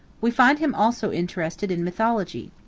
we find him also interested in mythology.